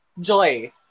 joy